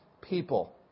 people